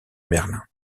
merlin